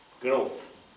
growth